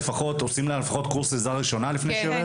עושים לה לפחות קורס עזרה ראשונה לפני שהיא עובדת?